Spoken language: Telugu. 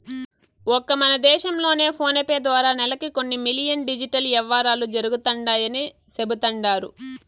ఒక్క మన దేశం లోనే ఫోనేపే ద్వారా నెలకి కొన్ని మిలియన్ డిజిటల్ యవ్వారాలు జరుగుతండాయని సెబుతండారు